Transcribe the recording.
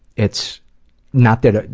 it's not that, ah